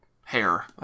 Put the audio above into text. hair